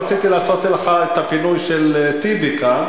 לא רציתי לעשות לך את הפינוי של טיבי כאן,